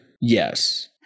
yes